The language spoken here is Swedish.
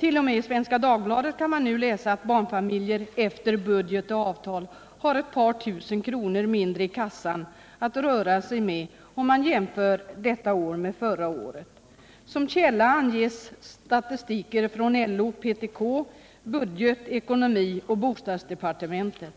T. o. m. i Svenska Dagbladet kan man nu läsa att barnfamiljer efter budget och avtal harett par tusen kronor mindre i kassan att röra sig med i år jämfört med förra året. Som källa anges statistiker från LO, PTK, budget-, ekonomioch bostadsdepartementen.